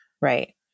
right